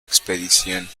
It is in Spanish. expedición